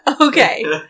Okay